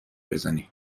بزنی